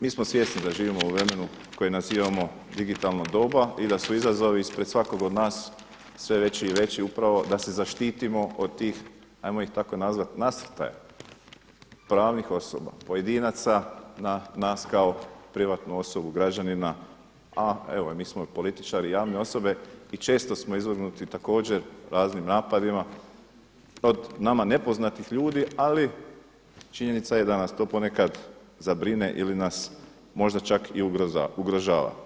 Mi smo svjesni da živimo u vremenu koje nazivamo digitalno doba i da su izazovi ispred svakog od nas sve veći i veći upravo da se zaštitimo od tih ajmo ih tako nazvat, nasrtaja pravnih osoba, pojedinaca na nas kao privatnu osobu građanina, a evo i mi smo političari javne osobe i često smo izvrgnuti također raznim napadima od nama nepoznatih ljudi ali činjenica je da nas to ponekad zabrine ili nas možda čak ugrožava.